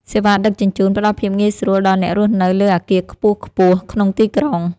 សេវាដឹកជញ្ជូន ផ្ដល់ភាពងាយស្រួលដល់អ្នករស់នៅលើអគារខ្ពស់ៗក្នុងទីក្រុង។